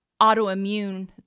autoimmune